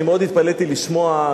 אני מאוד התפלאתי לשמוע,